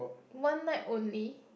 one night only